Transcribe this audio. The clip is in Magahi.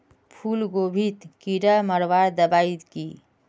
फूलगोभीत कीड़ा मारवार दबाई की?